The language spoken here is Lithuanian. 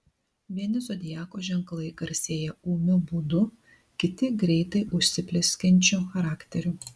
vieni zodiako ženklai garsėja ūmiu būdu kiti greitai užsiplieskiančiu charakteriu